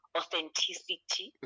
authenticity